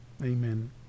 Amen